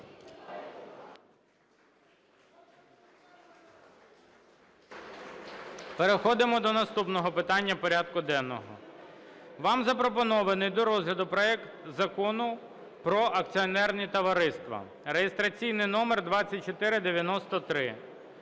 Переходимо до наступного питання порядку денного. Вам запропонований до розгляду проект Закону про акціонерні товариства (реєстраційний номер 2493).